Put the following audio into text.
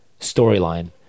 storyline